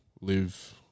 live